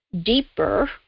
deeper